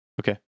Okay